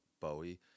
bowie